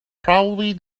probably